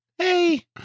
Hey